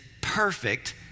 perfect